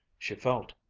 she felt,